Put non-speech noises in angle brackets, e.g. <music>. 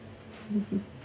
<laughs>